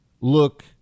look